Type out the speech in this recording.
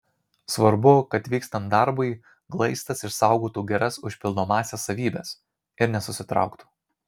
svarbu kad vykstant darbui glaistas išsaugotų geras užpildomąsias savybes ir nesusitrauktų